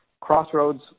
Crossroads